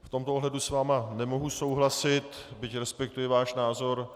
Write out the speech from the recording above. V tomto ohledu s vámi nemohu souhlasit, byť respektuji váš názor.